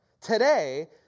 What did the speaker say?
Today